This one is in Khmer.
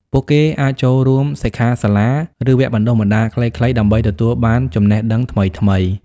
ពួកគេអាចចូលរួមសិក្ខាសាលា ឬវគ្គបណ្ដុះបណ្ដាលខ្លីៗដើម្បីទទួលបានចំណេះដឹងថ្មីៗ។